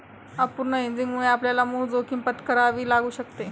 अपूर्ण हेजिंगमुळे आपल्याला मूळ जोखीम पत्करावी लागू शकते